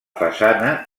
façana